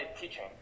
teaching